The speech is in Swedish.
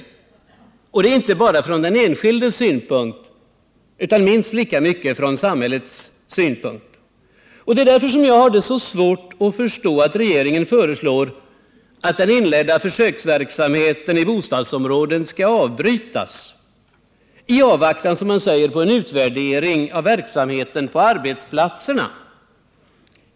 Detta gäller inte bara från enskild synpunkt utan minst lika mycket från samhällets synpunkt. Det är därför jag har så svårt att förstå att regeringen föreslår att den inledda försöksverksamheten i bostadsområden skall avbrytas i avvaktan på —- som man säger — en utvärdering av verksamheten på arbetsplatserna.